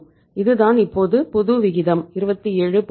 இது தான் இப்போது புது விகிதம் 27